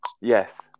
Yes